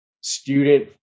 student